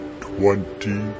twenty